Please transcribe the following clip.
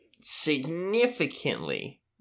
significantly